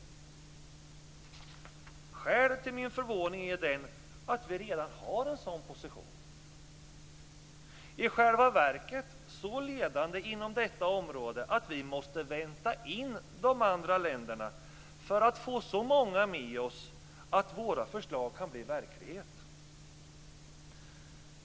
Skälet till min förvåning är att Sverige redan har en sådan position - i själva verket så ledande på detta område att Sverige måste vänta in de andra länderna för att få så många med oss att våra förslag kan bli verklighet.